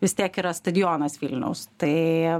vis tiek yra stadionas vilniaus tai